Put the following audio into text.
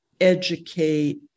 educate